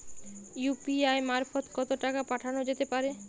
UPI মারফত কত টাকা পাঠানো যেতে পারে?